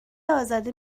ازاده